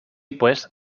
pues